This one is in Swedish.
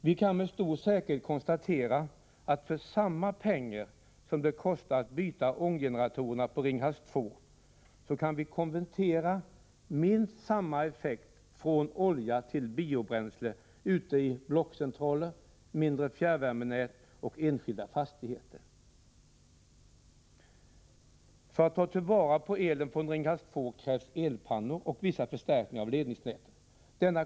Vi kan med stor säkerhet konstatera att vi för samma pengar som det kostar att byta ånggeneratorerna på Ringhals 2 kan konvertera minst samma effekt från olja till biobränsle ute i blockcentraler, mindre fjärrvärmenät och enskilda fastigheter. För att ta till vara elen från Ringhals 2 krävs elpannor och vissa förstärkningar av ledningsnätet.